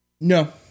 No